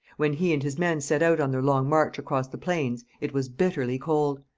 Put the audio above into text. when he and his men set out on their long march across the plains, it was bitterly cold.